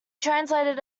translated